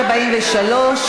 43,